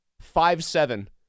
Five-seven